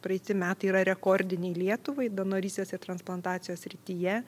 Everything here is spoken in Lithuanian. praeiti metai yra rekordiniai lietuvai donorystės ir transplantacijos srityje